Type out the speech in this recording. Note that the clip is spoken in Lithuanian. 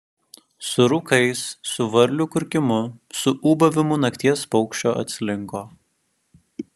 su rūkais su varlių kurkimu su ūbavimu nakties paukščio atslinko